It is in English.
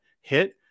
hit